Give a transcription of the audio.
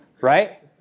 Right